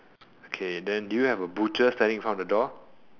okay then do you have a butcher standing in front of the door